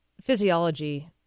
physiology